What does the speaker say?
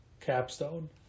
capstone